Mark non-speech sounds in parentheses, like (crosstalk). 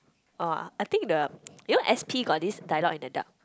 orh I think the (noise) you know S_P got this dialogue in the dark